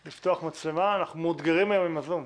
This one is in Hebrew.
אנחנו מאותגרים היום עם הזום.